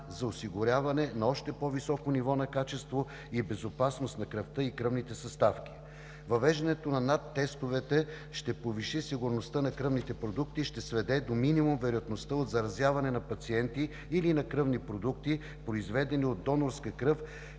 за осигуряване на още по-високо ниво на качество и безопасност на кръвта и кръвните съставки. Въвеждането на NAT тестовете ще повиши сигурността на кръвните продукти и ще сведе до минимум вероятността от заразяване на пациенти или на кръвни продукти, произведени от донорска кръв,